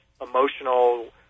emotional